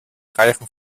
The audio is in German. reichen